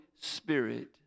Spirit